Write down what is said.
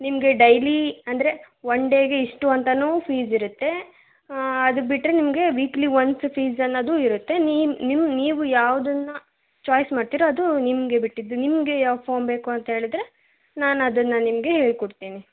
ನಿಮಗೆ ಡೈಲಿ ಅಂದರೆ ಒನ್ ಡೇಗೆ ಇಷ್ಟು ಅಂತಲೂ ಫೀಸ್ ಇರುತ್ತೆ ಅದು ಬಿಟ್ಟರೆ ನಿಮಗೆ ವೀಕ್ಲಿ ಒನ್ಸ್ ಫೀಸ್ ಅನ್ನೋದೂ ಇರುತ್ತೆ ನೀನು ನಿಮ್ಮ ನೀವು ಯಾವ್ದನ್ನು ಚೋಯ್ಸ್ ಮಾಡ್ತೀರೋ ಅದು ನಿಮಗೆ ಬಿಟ್ಟಿದ್ದು ನಿಮಗೆ ಯಾವ ಫಾರ್ಮ್ ಬೇಕು ಅಂತ ಹೇಳಿದ್ರೆ ನಾನು ಅದನ್ನು ನಿಮಗೆ ಹೇಳ್ಕೊಡ್ತೇನೆ